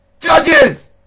Judges